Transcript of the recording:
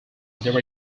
there